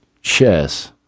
chess